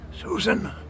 Susan